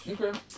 Okay